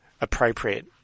appropriate